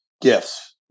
gifts